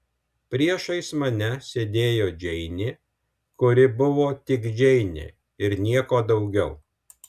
priešais mane sėdėjo džeinė kuri buvo tik džeinė ir nieko daugiau